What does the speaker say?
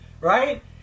Right